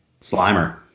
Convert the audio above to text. Slimer